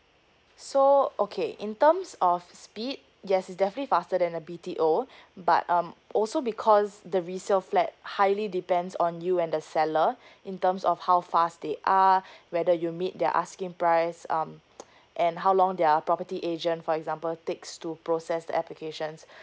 so okay in terms of speed yes it definitely faster than a B_T_O but um also because the resale flat highly depends on you and the seller in terms of how far stay are whether you meet their asking price um and how long their property agent for example takes to process the applications